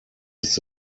ist